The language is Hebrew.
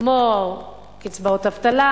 כמו קצבאות אבטלה,